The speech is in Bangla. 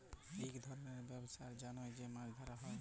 ইক ধরলের ব্যবসার জ্যনহ যে মাছ ধ্যরা হ্যয়